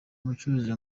mucuruzi